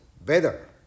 better